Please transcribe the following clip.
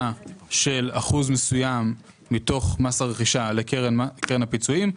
של אחוז מסוים מתוך מס הרכישה לקרן הפיצויים?